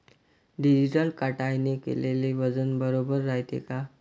Digital काट्याने केलेल वजन बरोबर रायते का?